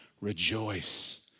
rejoice